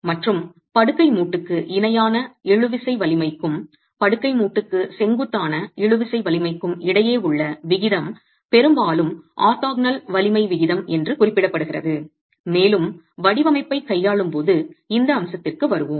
மற்றும் படுக்கை மூட்டுக்கு இணையான இழுவிசை வலிமைக்கும் படுக்கை மூட்டுக்கு செங்குத்தான இழுவிசை வலிமைக்கும் இடையே உள்ள விகிதம் பெரும்பாலும் ஆர்த்தோகனல் வலிமை விகிதம் என்று குறிப்பிடப்படுகிறது மேலும் வடிவமைப்பைக் கையாளும் போது இந்த அம்சத்திற்கு வருவோம்